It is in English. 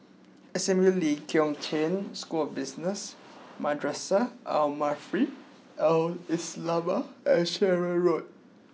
S M U Lee Kong Chian School of Business Madrasah Al Maarif Al Islamiah and Sherwood Road